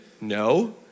no